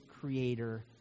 creator